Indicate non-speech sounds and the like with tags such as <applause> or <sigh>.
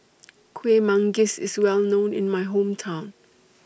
<noise> Kueh Manggis IS Well known in My Hometown